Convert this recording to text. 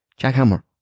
Jackhammer